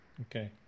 Okay